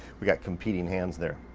we got competing hands there.